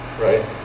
right